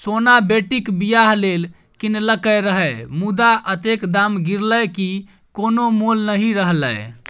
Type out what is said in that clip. सोना बेटीक बियाह लेल कीनलकै रहय मुदा अतेक दाम गिरलै कि कोनो मोल नहि रहलै